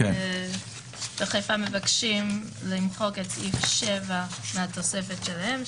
בחיפה מבקשים למחוק את סעיף 7 מהתוספת שלהם.